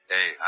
Hey